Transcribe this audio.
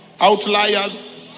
Outliers